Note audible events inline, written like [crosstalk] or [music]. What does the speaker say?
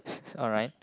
[breath] alright